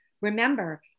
remember